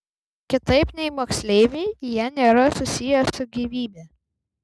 kitaip nei moksleiviai jie nėra susiję su gyvybe